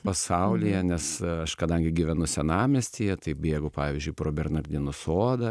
pasaulyje nes aš kadangi gyvenu senamiestyje tai bėgu pavyzdžiui pro bernardinų sodą